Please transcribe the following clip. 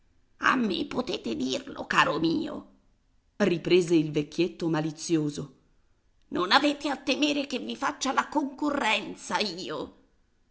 me potete dirlo caro mio riprese il vecchietto malizioso non avete a temere che vi faccia la concorrenza io